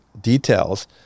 details